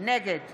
נגד